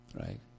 right